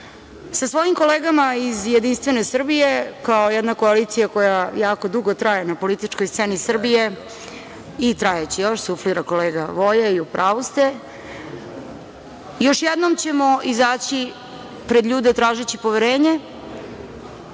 svojim kolegama iz Jedinstvene Srbije, kao jedna koalicija koja jako dugo traje na političkoj sceni Srbije, i trajaće još, suflira kolega Voja, i u pravu ste, još jednom ćemo izaći pred ljude tražeći poverenje